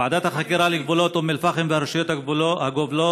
ועדת החקירה לגבולות אום אל-פחם והרשויות הגובלות.